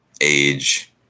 age